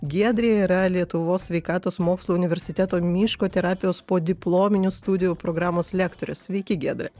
giedrė yra lietuvos sveikatos mokslų universiteto miško terapijos podiplominių studijų programos lektorė sveiki giedre